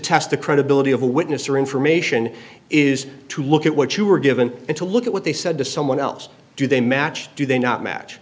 test the credibility of a witness or information is to look at what you were given and to look at what they said to someone else do they match do they not match